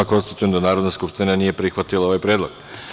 Konstatujem da Narodna skupština nije prihvatila ovaj predlog.